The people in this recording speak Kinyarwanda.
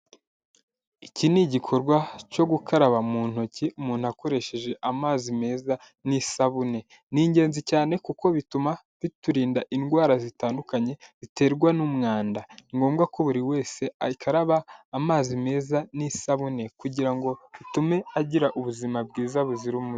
Iki ni igikorwa cyo gukaraba mu ntoki, umuntu akoresheje amazi meza n'isabune, ni ingenzi cyane kuko bituma biturinda indwara zitandukanye ziterwa n'umwanda, ni ngombwa ko buri wese akaraba amazi meza n'isabune, kugira ngo bitume agira ubuzima bwiza buzira umuze.